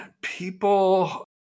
people